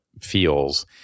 feels